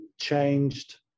changed